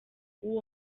uwo